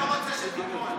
אני לא רוצה שתיפול.